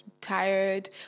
tired